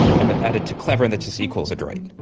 and then add it to clever, and that just equals adroit.